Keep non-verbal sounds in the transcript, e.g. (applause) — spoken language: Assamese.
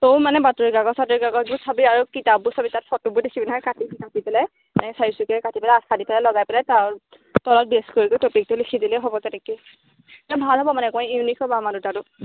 তয়ো মানে বাতৰি কাগজ চাতৰি কাগজবোৰ চাবি আৰু কিতাপবোৰ চাবি তাত ফটোবোৰ দেখিবি নহয় কাটি কাটি পলাই (unintelligible) চাৰি চুকীয়াকে কাটি পেলাই আঠা দি পেলাই লগাই পেলাই তলত অলপ বেছ কৰি কৰি টপিকটো লিখি দিলেই হ'ব তেনেকে ভাল হ'ব মানে অকণমান ইউনিক হ'ব আমাৰ দুটাৰটো